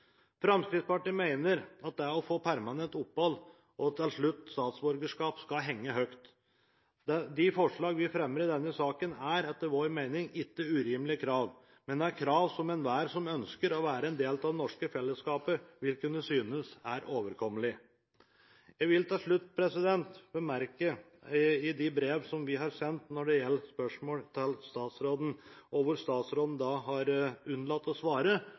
Fremskrittspartiet mener at det å få permanent opphold og til slutt statsborgerskap, skal henge høyt. De forslag vi fremmer i denne saken, er etter vår mening ikke urimelige krav, men krav enhver som ønsker å være en del av det norske fellesskapet, vil kunne synes er overkommelige. Jeg vil til slutt bemerke at når det gjelder de brev vi har sendt med spørsmål til statsråden, har hun unnlatt å svare